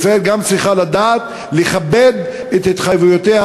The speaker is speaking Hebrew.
ישראל גם צריכה לדעת לכבד את התחייבויותיה